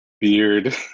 Beard